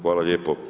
Hvala lijepo.